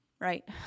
right